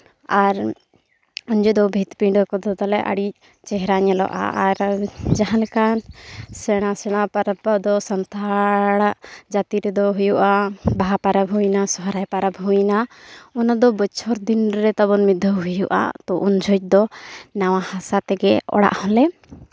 ᱟᱨ ᱧᱤᱫᱟᱹ ᱫᱚ ᱵᱷᱤᱛ ᱯᱤᱸᱰᱟᱹ ᱠᱚᱫᱚ ᱛᱟᱞᱮ ᱟᱹᱰᱤ ᱪᱮᱦᱨᱟ ᱧᱮᱞᱚᱜᱼᱟ ᱟᱨ ᱡᱟᱦᱟᱸᱞᱮᱠᱟ ᱥᱮᱢᱟ ᱥᱮᱢᱟ ᱯᱟᱨᱟᱵᱽ ᱨᱮᱫᱚ ᱥᱟᱱᱛᱷᱟᱰᱟᱜ ᱡᱟᱹᱛᱤ ᱫᱚ ᱦᱩᱭᱩᱜᱼᱟ ᱵᱟᱦᱟ ᱯᱟᱨᱟᱵᱽ ᱦᱩᱭᱱᱟ ᱥᱚᱦᱨᱟᱭ ᱯᱟᱨᱟᱵᱽ ᱦᱩᱭᱱᱟ ᱚᱱᱟ ᱫᱚ ᱵᱚᱪᱷᱚᱨ ᱫᱤᱱ ᱨᱮ ᱛᱟᱵᱚᱱ ᱢᱤᱫ ᱫᱷᱟᱹᱣ ᱦᱩᱭᱩᱜᱼᱟ ᱛᱚ ᱩᱱ ᱡᱚᱦᱚᱡᱽ ᱫᱚ ᱱᱟᱣᱟ ᱦᱟᱥᱟ ᱛᱮᱜᱮ ᱚᱲᱟᱜ ᱦᱚᱸᱞᱮ